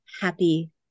happy